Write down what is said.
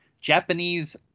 Japanese